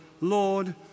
Lord